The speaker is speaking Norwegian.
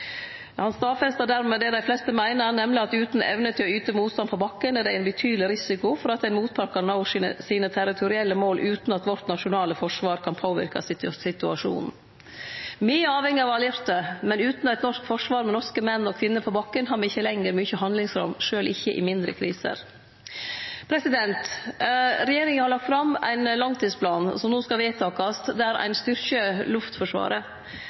Han stadfesta dermed det dei fleste meiner, nemleg at utan evne til å yte motstand på bakken er det ein betydeleg risiko for at ein motpart kan nå sine territorielle mål utan at vårt nasjonale forsvar kan påverke situasjonen. Me er avhengige av allierte, men utan eit norsk forsvar med norske menn og kvinner på bakken har me ikkje lenger mykje handlingsrom, sjølv ikkje i mindre kriser. Regjeringa har lagt fram ein langtidsplan som no skal vedtakast, der ein styrkjer luftforsvaret.